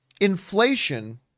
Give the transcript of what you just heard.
inflation